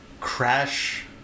Crash